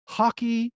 hockey